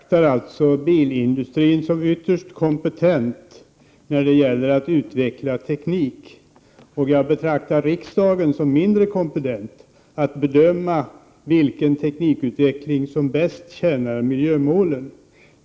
Herr talman! Jag betraktar bilindustrin som ytterst kompetent när det gäller att utveckla teknik. Jag betraktar riksdagen som mindre kompetent att bedöma vilken teknikutveckling som bäst tjänar miljömålen.